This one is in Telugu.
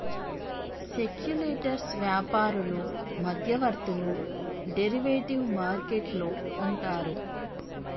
సెక్యులెటర్స్ వ్యాపారులు మధ్యవర్తులు డెరివేటివ్ మార్కెట్ లో ఉంటారు